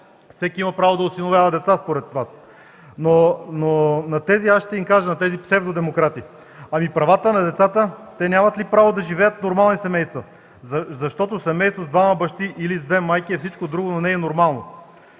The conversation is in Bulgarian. всеки има право да осиновява деца, според това. На тези псевдодемократи аз ще кажа: „А правата на децата? Те нямат ли право да живеят в нормални семейства?” Защото семейство с двама бащи или с две майки е всичко друго, но не и нормално.